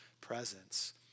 presence